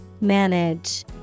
Manage